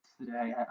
today